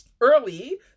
early